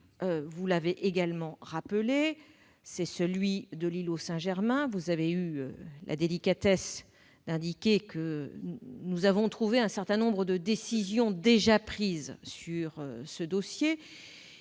vous l'avez également rappelé, c'est celui de l'îlot Saint-Germain. Vous avez eu la délicatesse d'indiquer que nous avions trouvé, à notre arrivée, un certain nombre de décisions déjà prises sur ce dossier.